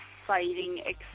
exciting